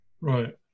right